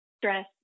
stress